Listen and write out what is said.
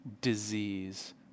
disease